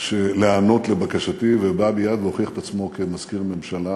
להיענות לבקשתי ובא מייד והוכיח את עצמו כמזכיר ממשלה